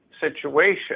situation